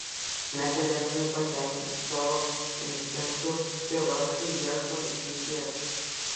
negalėdami patenkinti savo instinktų šie vargšai ieško išeities